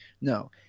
no